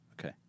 Okay